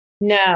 No